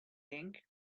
ink